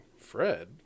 Fred